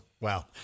Wow